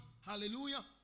hallelujah